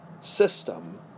system